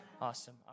Awesome